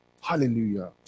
Hallelujah